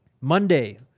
Monday